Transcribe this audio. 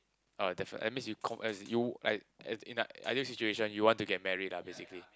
oh definitely that means you com~ as you like in like in an i~ ideal situation you want to get married ah basically